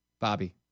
Bobby